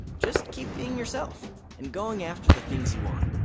just keep being yourself and going after the things you want,